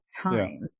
time